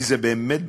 כי זה באמת בנפשנו.